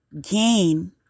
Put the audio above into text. gain